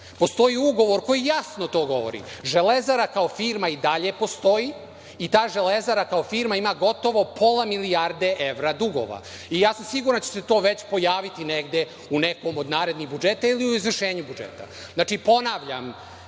Postoji ugovor koji jasno to govori. „Železara“ kao firma i dalje postoji i ta „Železara“ kao firma ima gotovo pola milijarde evra dugova i siguran sam da će se to već pojaviti negde u nekom od narednih budžeta ili u izvršenju budžeta. Ponavljam,